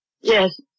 yes